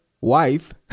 wife